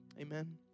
amen